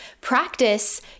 practice